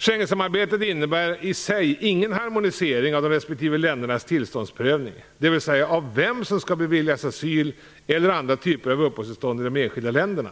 Schengensamarbetet innebär i sig ingen harmonisering av de respektive ländernas tillståndsprövning, dvs. av vem som skall beviljas asyl eller andra typer av uppehållstillstånd i de enskilda länderna.